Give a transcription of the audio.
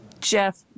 jeff